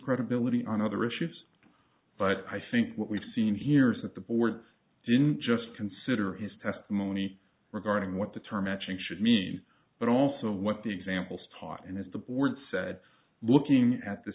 credibility on other issues but i think what we've seen here is that the board didn't just consider his testimony regarding what the term matching should me but also what the examples taught and as the board said looking at the